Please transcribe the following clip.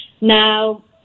Now